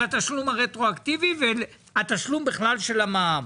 התשלום הרטרואקטיבי והתשלום בכלל של המע"מ.